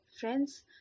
friends